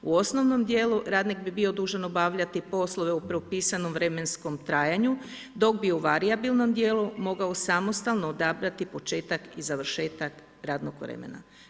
U osnovnom djelu radnik bi bio dužan obavljati poslove u propisanom vremenskom trajanju, dok bi u varijabilnom djelu mogao samostalno odabrati početak i završetak radnog vremena.